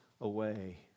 away